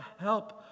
help